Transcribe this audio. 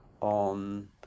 on